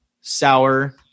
sour